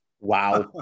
Wow